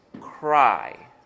cry